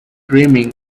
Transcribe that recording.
dreaming